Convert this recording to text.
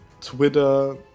Twitter